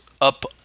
up